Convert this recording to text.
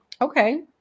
Okay